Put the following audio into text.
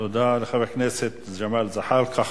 תודה לחבר הכנסת ג'מאל זחאלקה.